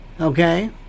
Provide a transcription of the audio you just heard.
Okay